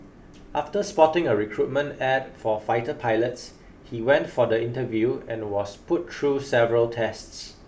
after spotting a recruitment ad for fighter pilots he went for the interview and was put through several tests